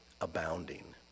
abounding